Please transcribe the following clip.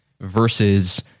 versus